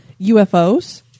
UFOs